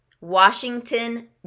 Washington